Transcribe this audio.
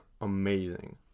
amazing